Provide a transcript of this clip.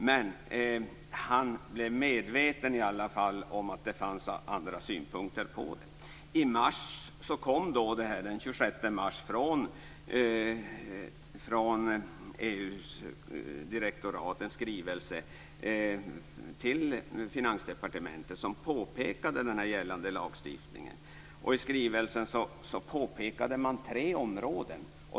Men han blev i alla fall medveten om att det fanns andra synpunkter. Den 26 mars kom så det här från EU:s direktorat. Det kom en skrivelse till Finansdepartementet som påpekade den gällande lagstiftningen. I skrivelsen pekade man på tre områden.